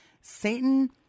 Satan